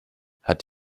hat